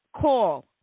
call